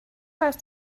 heißt